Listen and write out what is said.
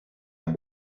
han